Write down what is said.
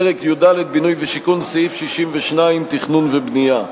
פרק י"ד, בינוי ושיכון, סעיף 62, תכנון ובנייה.